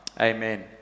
Amen